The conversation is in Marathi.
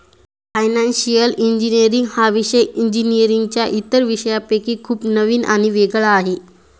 फायनान्शिअल इंजिनीअरिंग हा विषय इंजिनीअरिंगच्या इतर विषयांपेक्षा खूप नवीन आणि वेगळा आहे